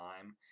time